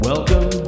Welcome